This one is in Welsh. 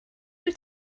wyt